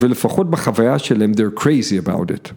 ולפחות בחוויה שלהם, they're crazy about it.